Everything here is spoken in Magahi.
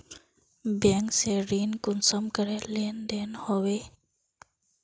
बैंक से ऋण कुंसम करे लेन देन होए?